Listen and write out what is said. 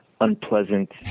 unpleasant